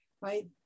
Right